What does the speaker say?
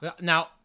Now